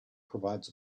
provides